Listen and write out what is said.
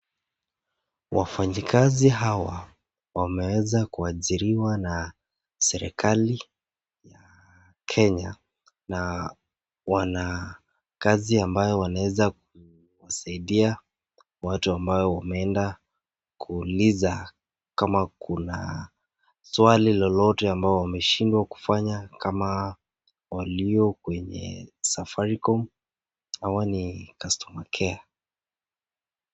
Wafanyikazi hawa wameweza kuajiriwa na serikali Kenya na wana kazi ambayo wanaeza kusaidia watu ambayo wameenda kuuliza kama kuna swali lolote ambao wameshindwa kufanya. Kama walio kwenye safaricom, hawa ni [customer care].